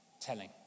telling